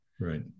Right